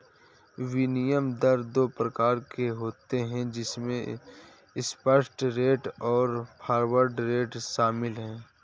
विनिमय दर दो प्रकार के होते है जिसमे स्पॉट रेट और फॉरवर्ड रेट शामिल है